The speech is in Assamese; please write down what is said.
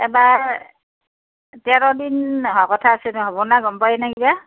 এইবাৰ তেৰ দিন হোৱা কথা আছে হ'ব নাই গম পায় নে কিবা